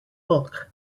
book